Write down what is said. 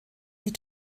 die